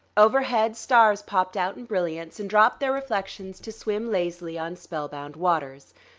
overhead stars popped out in brilliance and dropped their reflections to swim lazily on spellbound waters.